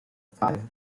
five